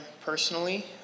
personally